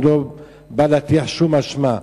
אני לא בא להטיח שום אשמה.